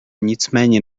nicméně